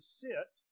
sit